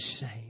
shame